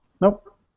Nope